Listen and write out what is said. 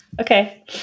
Okay